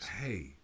Hey